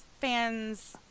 fans